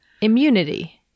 Immunity